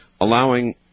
allowing